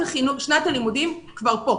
שנת הלימודים כבר כאן.